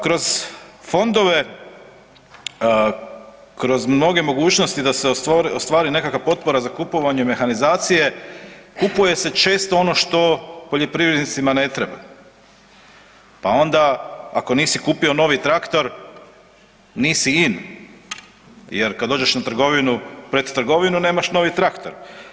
Kroz fondove, kroz mnoge mogućnosti da se ostvari nekakva potpora za kupovanje mehanizacije kupuje se često ono što poljoprivrednicima ne treba, pa onda ako nisi kupio novi traktor nisi in, jer kad dođeš pred trgovinu nemaš novi traktor.